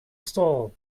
stall